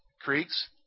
Creeks